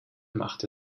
macht